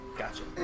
gotcha